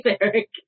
Eric